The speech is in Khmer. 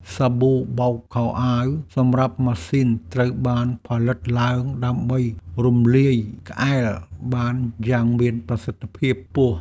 សាប៊ូបោកខោអាវសម្រាប់ម៉ាស៊ីនត្រូវបានផលិតឡើងដើម្បីរំលាយក្អែលបានយ៉ាងមានប្រសិទ្ធភាពខ្ពស់។